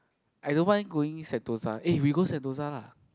I don't mind going Sentosa eh we go Sentosa lah